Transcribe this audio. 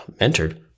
mentored